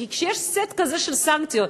כי כשיש סט כזה של סנקציות,